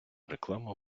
рекламу